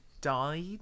died